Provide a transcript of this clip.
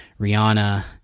Rihanna